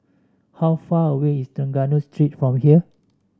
how far away is Trengganu Street from here